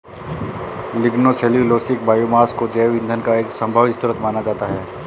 lignocellulosic biomass को जैव ईंधन का एक संभावित स्रोत माना जाता है